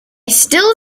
still